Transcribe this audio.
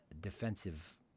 defensive